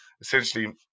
essentially